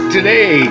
Today